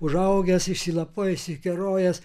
užaugęs išsilapojęs išsikerojęs